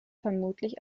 vermutlich